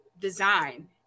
design